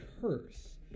curse